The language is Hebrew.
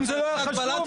אם לא היה חשוב,